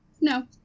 No